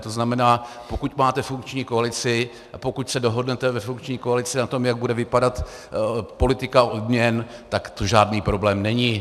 To znamená, pokud máte funkční koalici a pokud se dohodnete ve funkční koalici na tom, jak bude vypadat politika odměn, tak to žádný problém není.